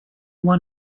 won